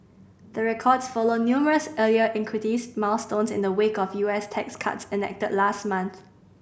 the records follow numerous earlier equities milestones in the wake of U S tax cuts enacted last month